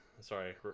Sorry